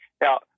now